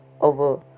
over